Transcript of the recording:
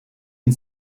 and